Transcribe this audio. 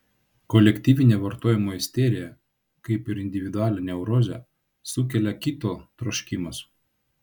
kolektyvinę vartojimo isteriją kaip ir individualią neurozę sukelia kito troškimas